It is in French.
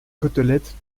côtelette